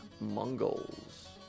Mongols